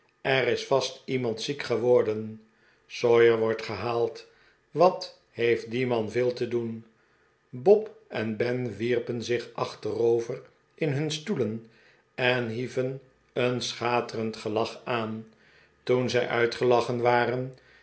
er is vast iemand ziek geworden sawyer wordt gehaald wat heeft die man veel te doen bob en ben wierpen zich achterover in hun stoelen en hieven een schaterend gelach aan toen zij uitgelachen waren